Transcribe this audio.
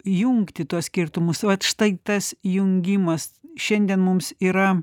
jungti tuos skirtumus vat štai tas jungimas šiandien mums yra